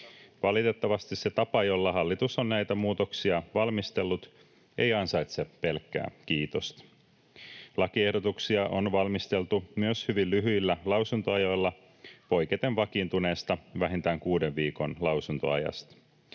Valitettavasti se tapa, jolla hallitus on näitä muutoksia valmistellut, ei ansaitse pelkkää kiitosta. Lakiehdotuksia on valmisteltu myös hyvin lyhyillä lausuntoajoilla poiketen vakiintuneesta, vähintään kuuden viikon lausuntoajasta.